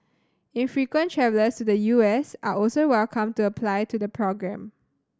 infrequent travellers to the U S are also welcome to apply to the programme